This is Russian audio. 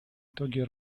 итоги